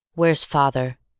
where's father?